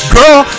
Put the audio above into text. Girl